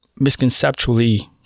misconceptually